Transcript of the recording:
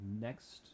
next